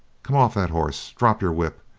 come off that horse, drop your whip,